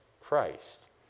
Christ